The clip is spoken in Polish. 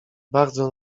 bardzo